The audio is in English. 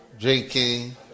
Drinking